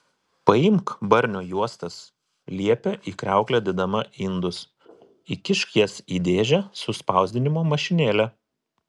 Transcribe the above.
paimk barnio juostas liepė į kriauklę dėdama indus įkišk jas į dėžę su spausdinimo mašinėle